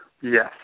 Yes